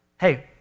hey